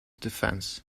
defense